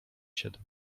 siedem